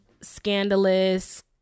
scandalous